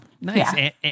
nice